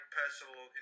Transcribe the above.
personal